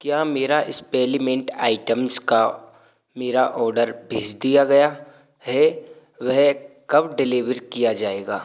क्या मेरा supplement items का मेरा ऑर्डर भेज दिया गया है वह कब डेलीवर किया जाएगा